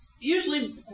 usually